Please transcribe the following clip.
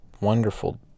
wonderful